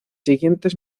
siguientes